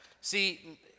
See